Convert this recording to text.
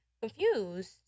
confused